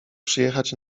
przyjechać